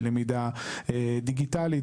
למידה דיגיטלית,